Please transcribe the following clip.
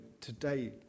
today